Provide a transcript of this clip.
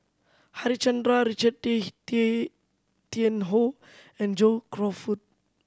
Harichandra Richard Tay Tay Tian Hoe and John Crawfurd